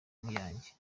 muyange